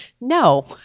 No